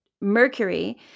Mercury